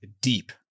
deep